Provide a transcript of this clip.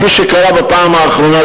כפי שקרה בפעם האחרונה,